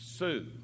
Sue